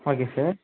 okay sir